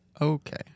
Okay